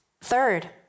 Third